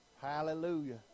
Hallelujah